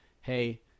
hey